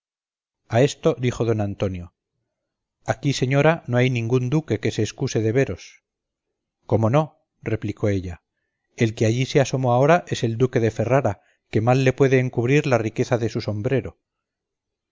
a esto dijo don antonio aquí señora no hay ningún duque que se escuse de veros cómo no replicó ella el que allí se asomó ahora es el duque de ferrara que mal le puede encubrir la riqueza de su sombrero